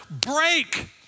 break